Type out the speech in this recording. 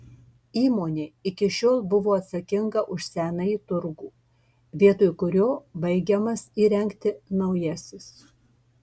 įmonė iki šiol buvo atsakinga už senąjį turgų vietoj kurio baigiamas įrengti naujasis